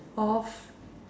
of